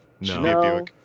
No